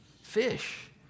Fish